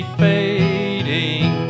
fading